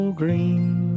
green